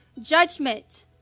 judgment